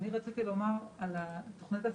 רציתי לדבר על תוכנית ההסברה,